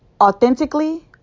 authentically